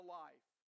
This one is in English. life